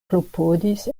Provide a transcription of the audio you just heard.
klopodis